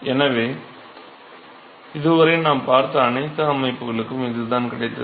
எனவே இதுவரை நாம் பார்த்த அனைத்து அமைப்புகளுக்கும் இதுதான் கிடைத்தது